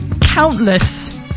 countless